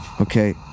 Okay